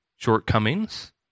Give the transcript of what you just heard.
shortcomings